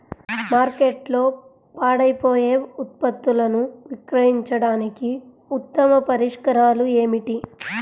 మార్కెట్లో పాడైపోయే ఉత్పత్తులను విక్రయించడానికి ఉత్తమ పరిష్కారాలు ఏమిటి?